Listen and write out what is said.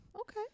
Okay